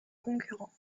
concurrents